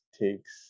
takes